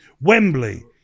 Wembley